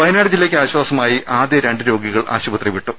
വയനാട് ജില്ലയ്ക്ക് ആശ്വാസമായി ആദ്യ രണ്ട് രോഗികൾ ആശുപത്രി വിട്ടു